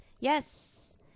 Yes